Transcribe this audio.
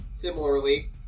Similarly